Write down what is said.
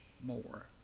more